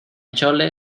chole